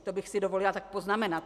To bych si dovolila tak poznamenat.